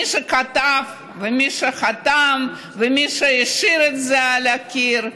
מי שכתב ומי שחתם ומי שהשאיר את זה על הקיר,